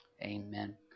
Amen